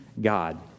God